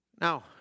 Now